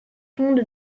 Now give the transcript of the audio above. pont